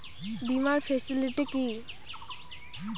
বীমার ফেসিলিটি কি?